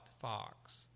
Fox